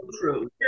true